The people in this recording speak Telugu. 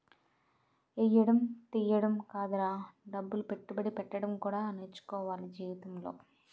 ఎయ్యడం తియ్యడమే కాదురా డబ్బులు పెట్టుబడి పెట్టడం కూడా నేర్చుకోవాల జీవితంలో